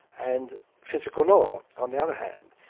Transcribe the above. and physical law on the other hand.